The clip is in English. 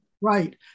Right